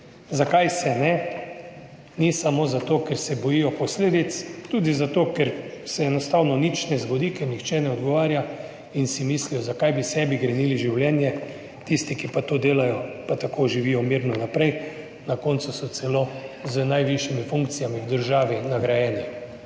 Zakaj se ne? Ne samo zato, ker se bojijo posledic, tudi zato, ker se enostavno nič ne zgodi, ker nihče ne odgovarja in si mislijo, zakaj bi sebi grenili življenje, tisti ki pa to delajo, pa tako živijo mirno naprej, na koncu so celo z najvišjimi funkcijami v državi nagrajeni.